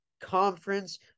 conference